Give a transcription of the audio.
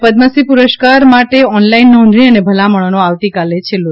પદમશ્રી પુરસ્કાર માટેની ઓનલાઇન નોંધણી અને ભલામણનો આવતીકાલે છેલ્લો